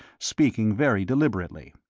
speaking very deliberately.